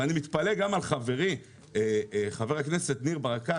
ואני מתפלא על חברי חבר הכנסת ניר ברקת,